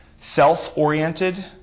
self-oriented